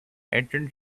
ancient